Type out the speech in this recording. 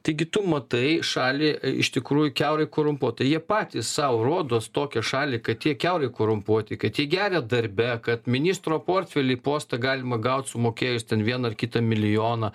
taigi tu matai šalį iš tikrųjų kiaurai korumpuotą jie patys sau rodos tokią šalį kad jie kiaurai korumpuoti kad jie geria darbe kad ministro portfelį postą galima gaut sumokėjus ten vieną ar kitą milijoną